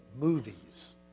movies